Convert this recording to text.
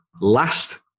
last